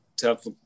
tough